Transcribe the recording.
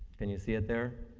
can you see it there?